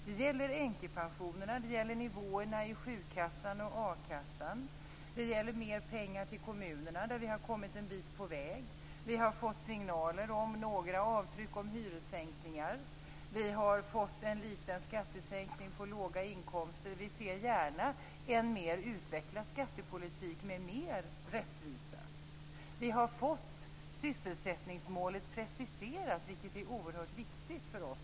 Det gäller änkepensionerna. Det gäller nivåerna i sjukoch a-kassan. Det gäller mer pengar till kommunerna, där vi har kommit en bit på väg. Vi har fått signaler om några avtryck i form av hyressänkningar. Vi har fått en liten skattesänkning på låga inkomster. Vi ser gärna en mer utvecklad skattepolitik med mer rättvisa. Vi har fått sysselsättningsmålet preciserat, vilket är oerhört viktigt för oss.